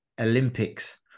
Olympics